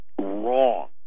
wrong